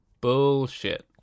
Bullshit